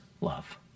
love